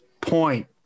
point